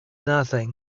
nothing